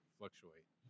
fluctuate